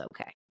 okay